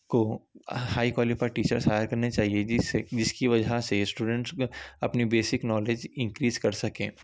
کو high qualified teachers hire کرنی چاہئے جس سے جس کی وجہ سے اسٹوڈینٹس اپنے بیسک نالج انکریز کر سکیں